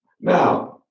Now